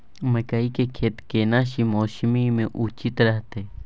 मकई के खेती केना सी मौसम मे उचित रहतय?